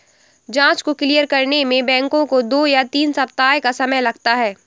जाँच को क्लियर करने में बैंकों को दो या तीन सप्ताह का समय लगता है